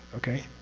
okay?